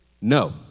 No